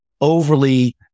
overly